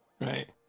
Right